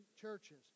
churches